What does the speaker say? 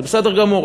זה בסדר גמור.